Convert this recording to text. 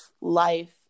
life